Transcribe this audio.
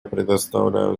предоставляю